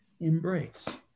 embrace